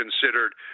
considered